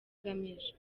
agamije